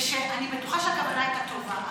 אניח בטוחה שהכוונה הייתה טובה,